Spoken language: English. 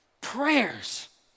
prayers